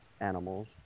animals